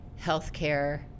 healthcare